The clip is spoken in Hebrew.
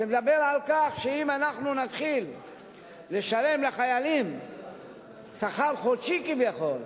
שמדבר על כך שאם אנחנו נתחיל לשלם לחיילים שכר חודשי כביכול,